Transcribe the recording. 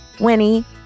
Winnie